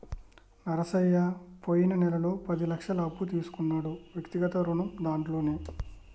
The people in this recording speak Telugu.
నరసయ్య పోయిన నెలలో పది లక్షల అప్పు తీసుకున్నాడు వ్యక్తిగత రుణం దాంట్లోనే